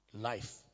life